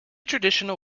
traditional